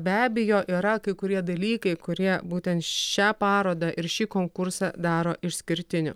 be abejo yra kai kurie dalykai kurie būtent šią parodą ir šį konkursą daro išskirtiniu